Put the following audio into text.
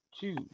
two